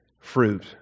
fruit